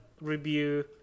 review